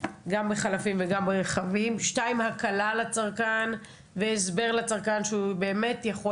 חלפים ושל רכבים; שתיים הקלה על הצרכן והסבר לצרכן שהוא באמת יכול